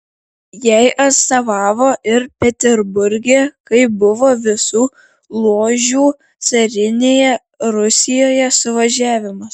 jai atstovavo ir peterburge kai buvo visų ložių carinėje rusijoje suvažiavimas